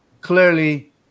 clearly